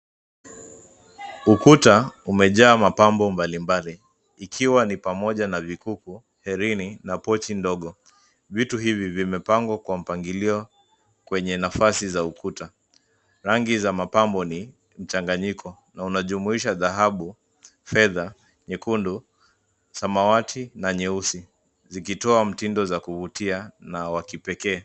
Ukuta umejaa mapambo mbalimbali ikiwa ni pamoja na vikuku, herini na pochi ndogo. Vitu hivi vimepangwa kwa mpangilio kwenye nafasi za ukuta. Rangi za mapambo ni mchanganyiko na unajumuisha dhahabu, fedha, nyekundu ,samawati na nyeusi, zikitoa mtindo za kuvutia na wa kipekee.